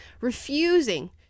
refusing